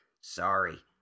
sorry